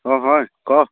অ' হয় ক